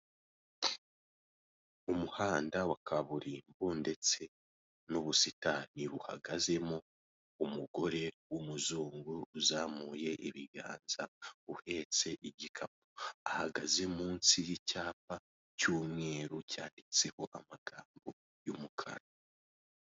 Umuhanda wa kaburimbo ndetse n'ubusitani, uhagazemo umugore w'umuzungu uzamuye ibiganza, uhetse igikapu. Ahagaze mu nsi y'icyapa cy'umweru cyanditseho amagambo y'umukara.